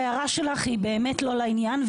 ההערה שלך היא באמת לא לעניין,